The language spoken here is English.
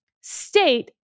state